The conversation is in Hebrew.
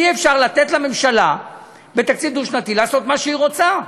אי-אפשר לתת לממשלה בתקציב דו-שנתי לעשות מה שהיא רוצה: